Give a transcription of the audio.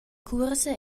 cuorsa